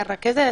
הרכזת?